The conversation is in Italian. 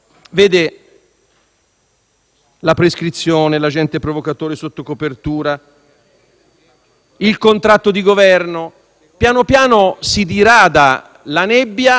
prescrizione, dell'agente provocatore sotto copertura, del contratto di Governo: pian piano si dirada la nebbia ed esce il problema